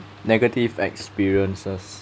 negative experiences